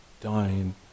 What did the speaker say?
dying